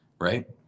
Right